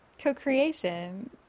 Co-creation